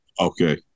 Okay